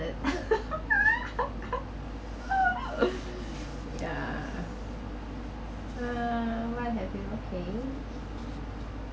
that ya uh why have you okay